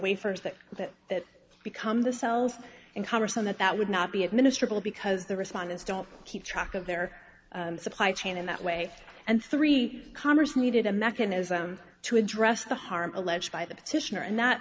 first that that that become the cells in congress and that that would not be administered because the respondents don't keep track of their supply chain in that way and three congress needed a mechanism to address the harm alleged by the petitioner and that